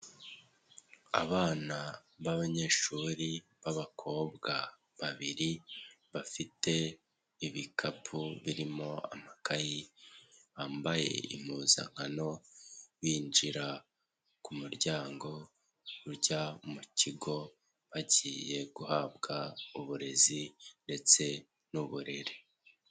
Abana b'abanyeshuri b'abakobwa babiri bafite ibikapu birimo amakayi bambaye impuzankano binjira ku muryango ujya mu kigo bagiye guhabwa uburezi ndetse n'uburere.